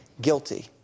guilty